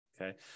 okay